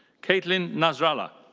kaitlin nasrala.